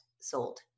sold